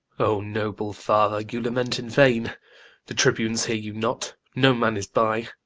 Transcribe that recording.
o noble father, you lament in vain the tribunes hear you not, no man is by,